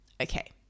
Okay